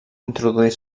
introduir